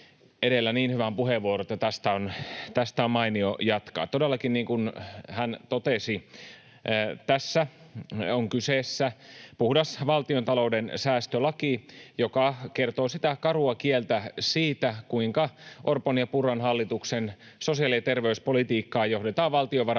edellä niin hyvän puheenvuoron, että tästä on mainio jatkaa. Todellakin, niin kuin hän totesi, tässä on kyseessä puhdas valtiontalouden säästölaki, joka kertoo sitä karua kieltä siitä, kuinka Orpon ja Purran hallituksen sosiaali- ja terveyspolitiikkaa johdetaan valtiovarainministeriöstä